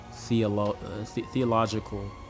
Theological